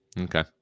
Okay